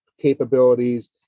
capabilities